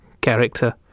character